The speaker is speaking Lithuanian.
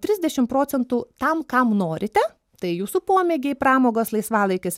trisdešim procentų tam kam norite tai jūsų pomėgiai pramogos laisvalaikis